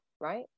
right